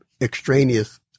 extraneous